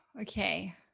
okay